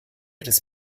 des